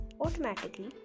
Automatically